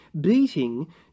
beating